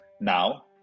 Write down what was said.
Now